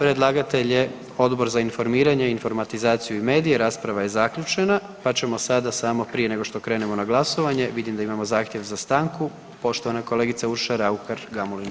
Predlagatelj je Odbor za informiranje, informatizaciju i medije, rasprava je zaključena, pa ćemo sada samo prije nego što krenemo na glasovanje, vidim da imamo zahtjev za stanku, poštovana kolegica Urša Raukar-Gamulin.